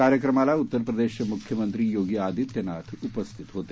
कार्यक्रमाला उत्तर प्रदेशचे मुख्यमंत्री योगी आदित्यनाथ उपस्थित होते